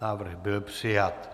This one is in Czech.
Návrh byl přijat.